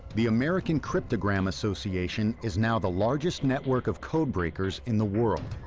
the american cryptogram association is now the largest network of codebreakers in the world.